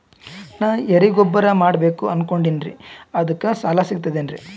ನಾ ಎರಿಗೊಬ್ಬರ ಮಾಡಬೇಕು ಅನಕೊಂಡಿನ್ರಿ ಅದಕ ಸಾಲಾ ಸಿಗ್ತದೇನ್ರಿ?